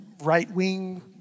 right-wing